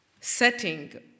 setting